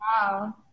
wow